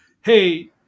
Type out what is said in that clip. Hey